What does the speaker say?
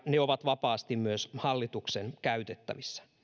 ne ovat vapaasti myös hallituksen käytettävissä